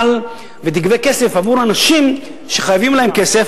ותגבה כסף בעבור אנשים שחייבים להם כסף,